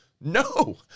no